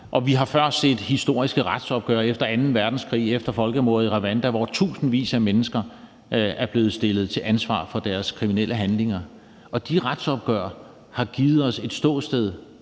Vi har før set historiske retsopgør efter anden verdenskrig og efter folkemordet i Rwanda, hvor tusindvis af mennesker er blevet stillet til ansvar for deres kriminelle handlinger. De retsopgør har givet os et ståsted